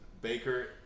Baker